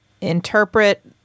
interpret